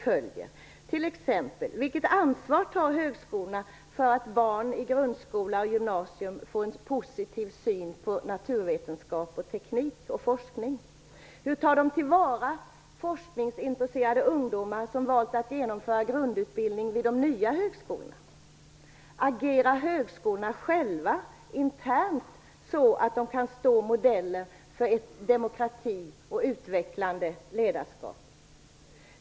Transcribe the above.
Det gäller t.ex. vilket ansvar högskolorna tar för att barn i grundskola och gymnasium får en positiv syn på naturvetenskap, teknik och forskning. Hur tar de till vara forskningsintresserade ungdomar som valt att genomföra grundutbildning vid de nya högskolorna. Agerar högskolorna själva internt så att de kan stå som modeller för ett demokratiskt och utvecklande ledarskap?